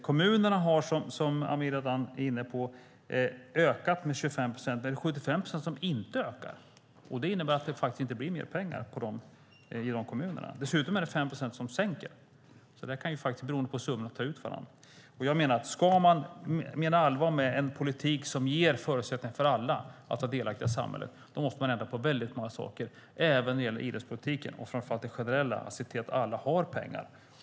Kommunerna har, som Amir Adan är inne på, ökat med 25 procent. Men det är 75 procent som inte ökar. Det innebär att det inte blir mer pengar i de kommunerna. Dessutom är det 5 procent som sänker, så beroende på summorna kan det ta ut varandra. Jag menar att om man menar allvar med en politik som ger förutsättningar för alla att vara delaktiga i samhället måste man ändra på väldigt många saker, även när det gäller idrottspolitiken och framför allt det generella, att se till att alla har pengar.